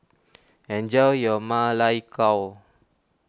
enjoy your Ma Lai Gao